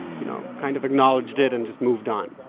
you know, kind of acknowledged it and just moved on